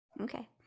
Okay